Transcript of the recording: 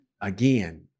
again